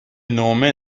nome